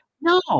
No